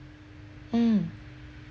mm